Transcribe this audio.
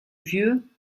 vieux